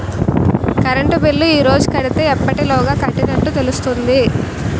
Current bill ఈ రోజు కడితే ఎప్పటిలోగా కట్టినట్టు తెలుస్తుంది?